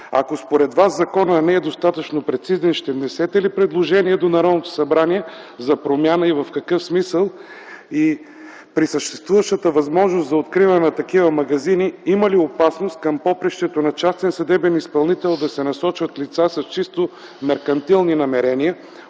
Ако според Вас законът не е достатъчно прецизен, ще внесете ли предложение до Народното събрание за промяна и в какъв смисъл? При съществуващата възможност за откриване на такива магазини има ли опасност към попрището на частен съдебен изпълнител да се насочват лица с чисто меркантилни намерения,